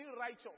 righteous